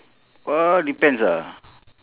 uh depends ah